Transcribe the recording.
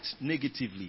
negatively